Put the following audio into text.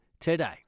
today